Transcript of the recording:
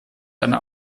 eine